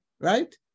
right